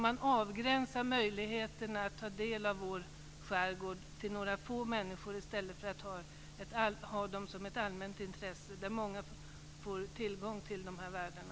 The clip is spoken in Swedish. Man begränsar då möjligheterna att ta del av vår skärgård till några få människor i stället för att många får tillgång till dessa värden.